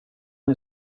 han